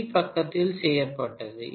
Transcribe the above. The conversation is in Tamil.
வி பக்கத்தில் செய்யப்பட்டது